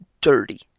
dirty